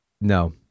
no